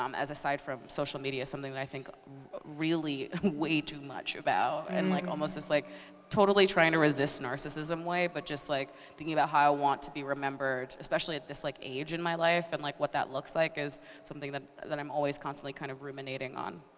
um as aside from social media, something that i think really way too much about it and like almost just like totally trying-to-resist-narcissism way, but just like thinking about how i want to be remembered, especially at this like age in my life and like what that looks like is something that that i'm always constantly kind of ruminating on.